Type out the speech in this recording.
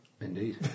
Indeed